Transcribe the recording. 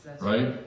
Right